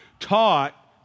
taught